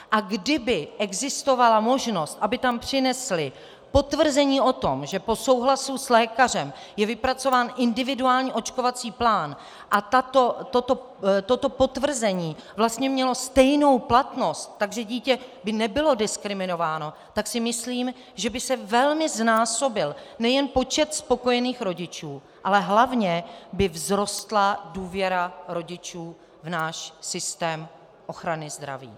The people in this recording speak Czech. A kdyby existovala možnost, aby tam přinesli potvrzení o tom, že po souhlasu s lékařem je vypracován individuální očkovací plán, a toto potvrzení vlastně mělo stejnou platnost, takže dítě by nebylo diskriminováno, tak si myslím, že by se velmi znásobil nejen počet spokojených rodičů, ale hlavně by vzrostla důvěra rodičů v náš systém ochrany zdraví.